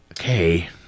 Okay